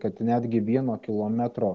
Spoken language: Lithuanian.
kad netgi vieno kilometro